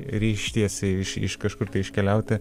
grįš ryžtiesi iš iš kažkur tai iškeliauti